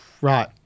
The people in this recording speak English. right